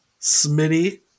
Smitty